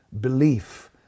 belief